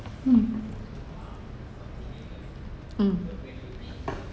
mm mm